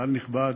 קהל נכבד,